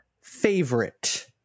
favorite